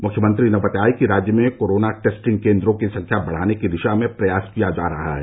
मुख्यमंत्री ने बताया कि राज्य में कोरोना टेस्टिंग केन्द्रों की संख्या बढ़ाने की दिशा में प्रयास किया जा रहा है